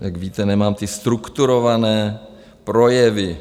Jak víte, nemám ty strukturované projevy.